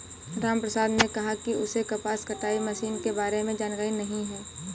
रामप्रसाद ने कहा कि उसे कपास कटाई मशीन के बारे में जानकारी नहीं है